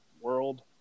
world